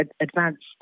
advanced